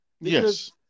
Yes